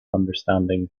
understanding